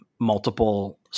multiple